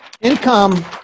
income